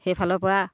সেইফালৰ পৰা